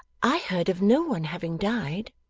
i heard of no one having died